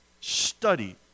Study